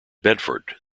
bedford